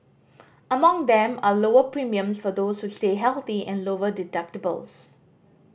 among them are lower premiums for those who stay healthy and lower deductibles